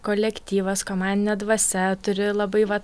kolektyvas komandinė dvasia turi labai vat